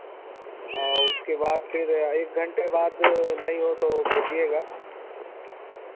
औउर उसके बाद फिर एक घंटे बाद नहीं हो तो भेजिएगा